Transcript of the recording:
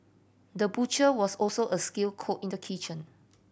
the butcher was also a skilled cook in the kitchen